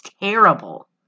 terrible